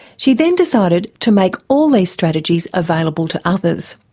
she then decided to make all these strategies available to others.